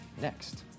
next